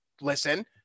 Listen